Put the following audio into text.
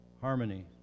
harmony